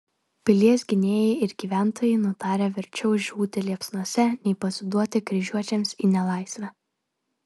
pilies gynėjai ir gyventojai nutarę verčiau žūti liepsnose nei pasiduoti kryžiuočiams į nelaisvę